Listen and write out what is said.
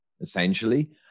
essentially